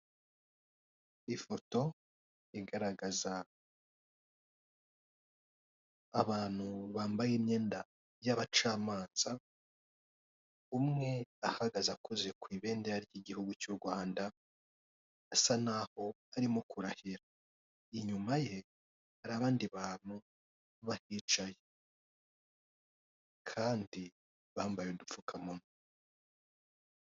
Ifoto igaragaza abantu bambaye imyenda y'abacamanza, umwe ahagaze akoze ku ibendera ry'igihugu cy' u Rwanda asa naho arimo kurahira, inyuma ye hari abandi bantu bahicaye kandi bambaye udupfukamunwa.